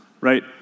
right